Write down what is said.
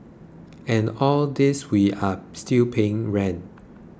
and all this we are still paying rent